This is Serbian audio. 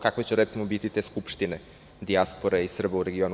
Kakve će recimo biti te skupštine dijaspore i Srba u regionu?